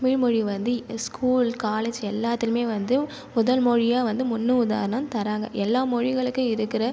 தமிழ் மொழி வந்து school college எல்லாத்திலையும் வந்து முதல் மொழியாக வந்து முன் உதாரணம் தராங்க எல்லா மொழிகளுக்கும் இருக்கிற